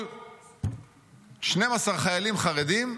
כל 12 חיילים חרדים,